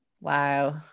wow